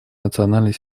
национальной